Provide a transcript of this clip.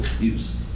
use